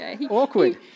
Awkward